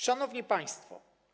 Szanowni Państwo!